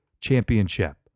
championship